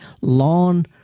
lawn